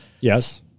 Yes